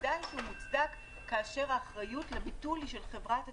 ודאי שהוא מוצדק כאשר האחריות לביטול היא של חברת התעופה.